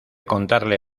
contarle